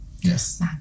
Yes